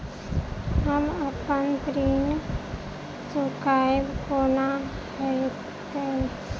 हम अप्पन ऋण चुकाइब कोना हैतय?